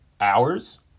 hours